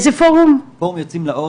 פורום יוצאים לאור,